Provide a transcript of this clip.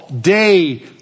day